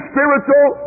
spiritual